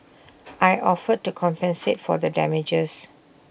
I offered to compensate for the damages